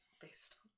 based